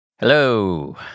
Hello